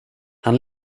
han